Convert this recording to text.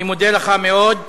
אני מודה לך מאוד.